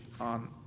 on